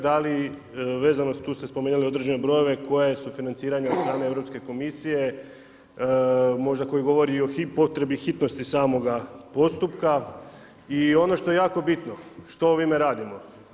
Da li vezano, tu ste spomenuli određeni brojeve koje sufinanciranje od strane Europske komisije, možda koji govori i o potrebi hitnosti samog postupka i ono što je jako bitno, što ovime radimo?